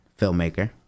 filmmaker